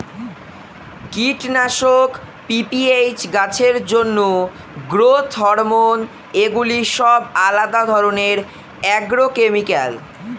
কীটনাশক, পি.পি.এইচ, গাছের জন্য গ্রোথ হরমোন এগুলি সব আলাদা ধরণের অ্যাগ্রোকেমিক্যাল